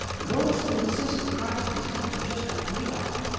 those who insist that christ was tempted just like we are.